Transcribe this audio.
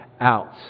out